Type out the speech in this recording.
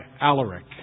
Alaric